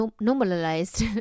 normalized